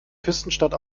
küstenstadt